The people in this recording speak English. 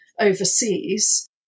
overseas